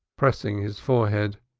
pressing his forehead.